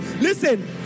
listen